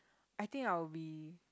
I think I'll be